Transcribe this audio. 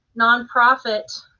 nonprofit